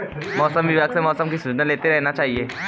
मौसम विभाग से मौसम की सूचना लेते रहना चाहिये?